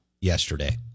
yesterday